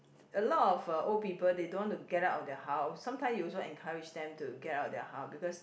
a lot of uh old people they don't want to get out of their house sometimes you also encourage them to get out of their house because